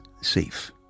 safe